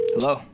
Hello